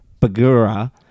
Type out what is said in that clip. Bagura